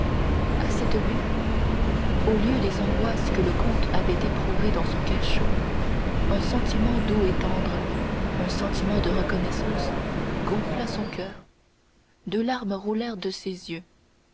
à cette vue au lieu des angoisses que le comte avait éprouvées dans son cachot un sentiment doux et tendre un sentiment de reconnaissance gonfla son coeur deux larmes roulèrent de ses yeux